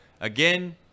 again